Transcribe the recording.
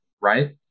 right